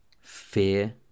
Fear